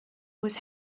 was